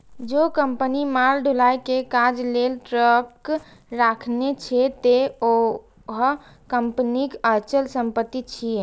जौं कंपनी माल ढुलाइ के काज लेल ट्रक राखने छै, ते उहो कंपनीक अचल संपत्ति छियै